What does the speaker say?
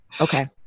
Okay